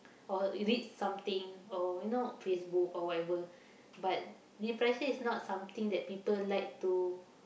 or read something or you know Facebook or whatever but depression is not something that people like to